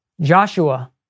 Joshua